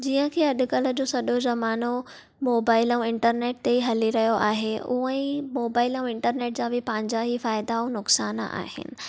जीअं की अॼुकल्ह जो सॼो ज़मानो मोबाइल ऐं इन्टरनेट ते हली रहियो आहे हूंअ ईं मोबाइल ऐं इन्टरनेट जा बि पंहिंजा ई फ़ाइदा ऐं नुक़सानु आहिनि